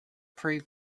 pre